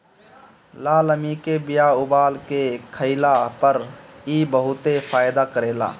लालमि के बिया उबाल के खइला पर इ बहुते फायदा करेला